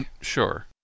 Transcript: Sure